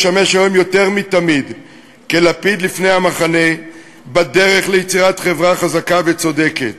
לשמש היום יותר מתמיד כלפיד לפני המחנה בדרך ליצירת חברה חזקה וצודקת.